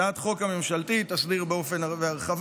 הצעת החוק הממשלתית תסדיר בהרחבה,